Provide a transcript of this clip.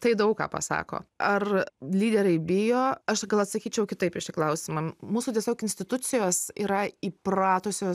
tai daug ką pasako ar lyderiai bijo aš gal atsakyčiau kitaip į šį klausimą mūsų tiesiog institucijos yra įpratusios